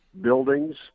buildings